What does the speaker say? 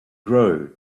grow